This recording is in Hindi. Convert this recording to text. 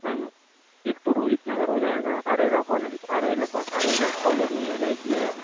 मैम एक तो रोहित नगर हो जाएगा अरेरा कॉल अरेरा का अरेरा कॉलोनी हो जाएगी एक